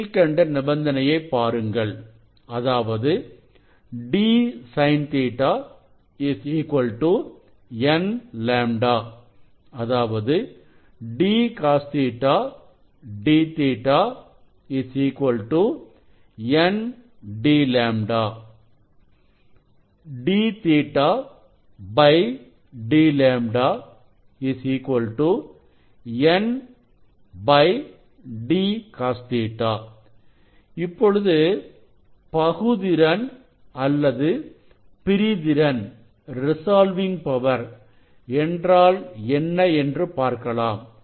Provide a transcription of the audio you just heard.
கீழ்க்கண்ட நிபந்தனையை பாருங்கள் அதாவது d sin Ɵ n λ அதாவது d cos Ɵ d Ɵ n dλ dƟ dλ n d cos Ɵ இப்பொழுது பகு திறன் அல்லது பிரிதிறன் என்றால் என்ன என்று பார்க்கலாம்